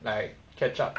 like catch up